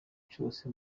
cyose